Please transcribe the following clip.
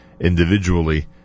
individually